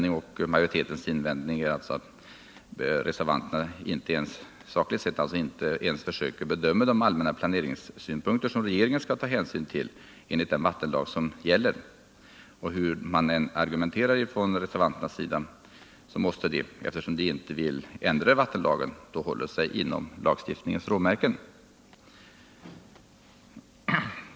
Min och utskottsmajoritetens första invändning är alltså att reservanterna rent sakligt inte ens försöker bedöma de allmänna planeringssynpunkter som regeringen har att ta hänsyn till enligt den vattenlag som gäller. Hur reservanterna än argumenterar måste de, eftersom man inte vill ändra vattenlagen, hålla sig inom lagstiftningens råmärken.